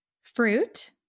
Fruit